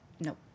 Nope